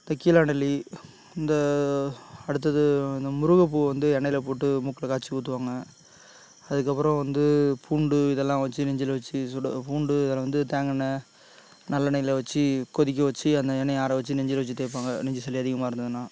இந்த கீழாநெல்லி இந்த அடுத்தது இந்த முருங்கைப்பூ வந்து எண்ணெய்யில போட்டு மூக்கில காய்ச்சி ஊற்றுவாங்க அதுக்கப்புறம் வந்து பூண்டு இதெல்லாம் வச்சு நெஞ்சில் வச்சு சுட பூண்டு இதில் வந்து தேங்காய்ண்ண நல்லெண்ணெய்யில வச்சு கொதிக்க வச்சு அந்த எண்ணெயை ஆற வச்சு நெஞ்சுல வச்சு தேய்ப்பாங்க நெஞ்சு சளி அதிகமாக இருந்ததுன்னா